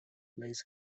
lays